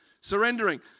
surrendering